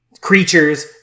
creatures